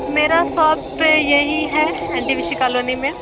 मेरा शॉप तो यहीं है N T P C colony में